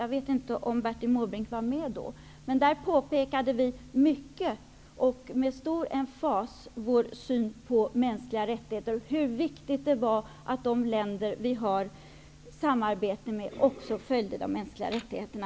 Jag vet inte om Bertil Måbrink var med då. Där framhöll vi med stor emfas vår syn på mänskliga rättigheter och hur viktigt det är att de länder som vi har samarbete med respekterar de mänskliga rättigheterna.